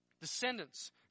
descendants